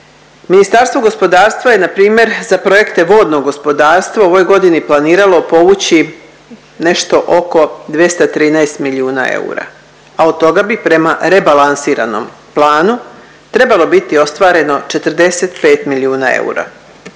Ministarstvo gospodarstva je na primjer za projekte vodnog gospodarstva u ovoj godini planiralo povući nešto oko 213 milijuna eura, a od toga bi prema rebalansiranom planu trebalo biti ostvareno 45 milijuna eura.